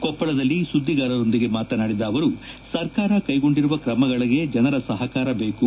ಕೊಪ್ಪಳದಲ್ಲಿ ಸುದ್ದಿಗಾರರೊಂದಿಗೆ ಮಾತನಾಡಿದ ಅವರು ಸರಕಾರ ಕೈಗೊಂಡಿರುವ ಕ್ರಮಗಳಿಗೆ ಜನರ ಸಹಕಾರ ಬೇಕು